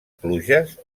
pluges